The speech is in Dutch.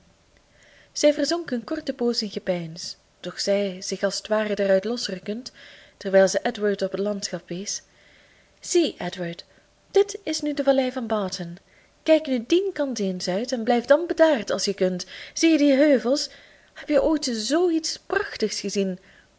zij verzonk een korte poos in gepeins doch zei zich als t ware daaruit losrukkend terwijl zij edward op het landschap wees zie edward dit is nu de vallei van barton kijk nu dien kant eens uit en blijf dan bedaard als je kunt zie je die heuvels heb je ooit zoo iets prachtigs gezien